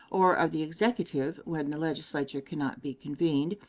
or of the executive when the legislature can not be convened,